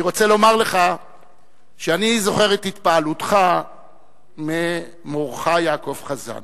אני רוצה לומר לך שאני זוכר את התפעלותך ממורך יעקב חזן.